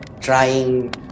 trying